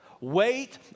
Wait